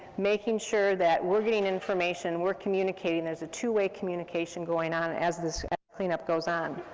making sure that we're getting information, we're communicating, there's a two way communication going on, as this cleanup goes on.